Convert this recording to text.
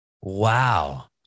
Wow